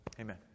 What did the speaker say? Amen